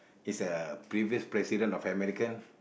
is a previous president of American